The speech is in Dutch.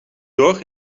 door